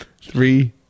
Three